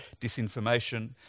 disinformation